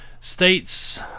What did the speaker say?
States